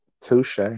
touche